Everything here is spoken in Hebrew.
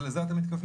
לזה אתה מתכוון?